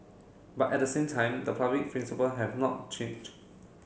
but at the same time the public principle have not changed